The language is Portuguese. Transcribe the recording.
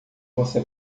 você